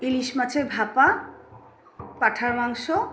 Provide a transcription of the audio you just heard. ইলিশ মাছের ভাপা পাঁঠার মাংস